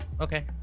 Okay